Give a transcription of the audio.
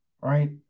right